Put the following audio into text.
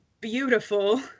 beautiful